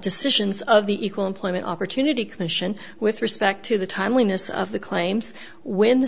decisions of the equal employment opportunity commission with respect to the timeliness of the claims when the